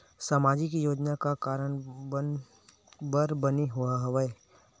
सामाजिक योजना का कारण बर बने हवे?